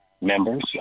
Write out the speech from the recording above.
members